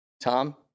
Tom